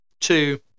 two